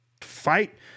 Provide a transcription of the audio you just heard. fight